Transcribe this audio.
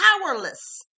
powerless